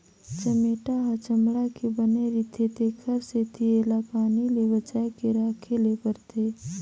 चमेटा ह चमड़ा के बने रिथे तेखर सेती एला पानी ले बचाए के राखे ले परथे